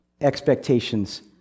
expectations